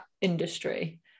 industry